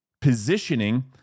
positioning